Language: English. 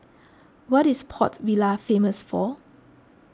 what is Port Vila famous for